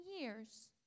years